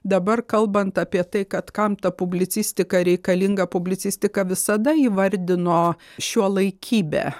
dabar kalbant apie tai kad kam ta publicistika reikalinga publicistika visada įvardino šiuolaikybę